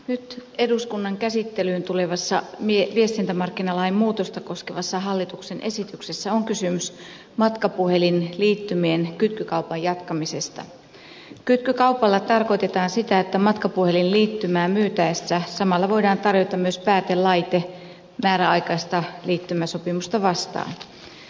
nyt eduskunnan käsittelyyn tulevassa mie viestintämarkkinalain muutosta koskevassa hallituksen esityksessä on kysymys matkapuhelinliittymien kytkykaupan jatkamisesta kytkykaupalla tarkoitetaan sitä että matkapuhelinliittymää myytäessä samalla voidaan tarjota myös päätelaite määräaikaista liittymäsopimusta vastaan